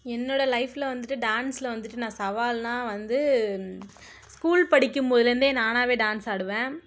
என்னோடய லைஃப்பில் வந்துட்டு டான்ஸில் வந்துட்டு நான் சவால்னா வந்து ஸ்கூல் படிக்கும் போதுலேருந்தே நானாவே டான்ஸ் ஆடுவேன்